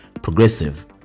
progressive